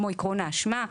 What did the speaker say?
כמו עקרון האשמה,